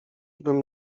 bym